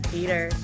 Peter